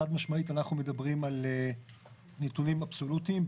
חד משמעית אנחנו מדברים על נתונים אבסולוטיים.